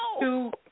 two